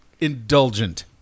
indulgent